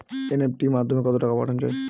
NEFT মাধ্যমে কত টাকা পাঠানো যায়?